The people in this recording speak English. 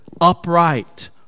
upright